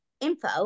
info